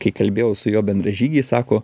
kai kalbėjau su jo bendražygiais sako